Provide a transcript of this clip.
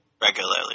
regularly